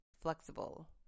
flexible